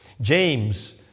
James